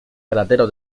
paradero